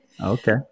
Okay